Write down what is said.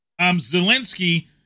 Zelensky